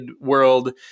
world